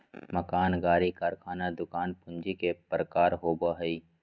मकान, गाड़ी, कारखाना, दुकान पूंजी के प्रकार होबो हइ